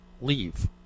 leave